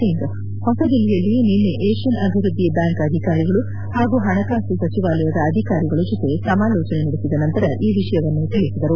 ಸಿಂಗ್ ಹೊಸದಿಲ್ಲಿಯಲ್ಲಿ ನಿನ್ನೆ ಏಷ್ಟನ್ ಅಭಿವೃದ್ದಿ ಬ್ಯಾಂಕ್ ಅಧಿಕಾರಿಗಳು ಹಾಗೂ ಹಣಕಾಸು ಸಚಿವಾಲಯದ ಅಧಿಕಾರಿಗಳ ಜತೆ ಸಮಾಲೋಚನೆ ನಡೆಸಿದ ನಂತರ ಈ ವಿಷಯವನ್ನು ತಿಳಿಸಿದರು